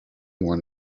want